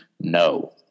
no